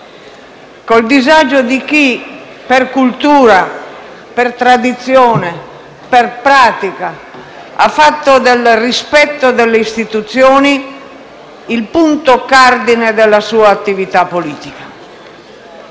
il disagio di chi, per cultura, per tradizione, per pratica, ha fatto del rispetto delle istituzioni il punto cardine della sua attività politica.